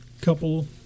couple